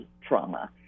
trauma